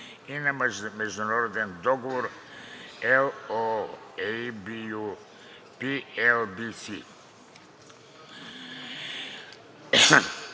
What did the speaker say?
и на Международен договор (LOA)